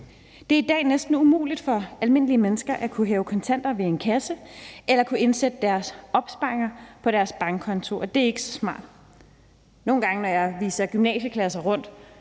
Det er i dag næsten umuligt for almindelige mennesker at kunne hæve kontanter ved en kasse eller at kunne indsætte deres opsparinger på deres bankkonto, og det er ikke smart. Nogle gange, når jeg viser gymnasieklasser rundt,